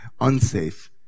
unsafe